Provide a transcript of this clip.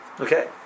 okay